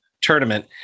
tournament